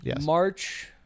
March